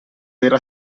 era